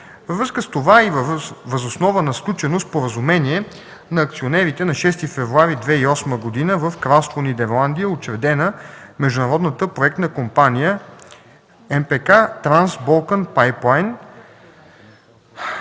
Във връзка с това и въз основа на сключено Споразумение на акционерите на 6 февруари 2008 г. в Кралство Нидерландия е учредена Международната проектна компания (МПК) „Транс Болкан